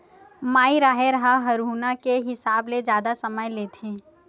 माई राहेर ह हरूना के हिसाब ले जादा समय लेथे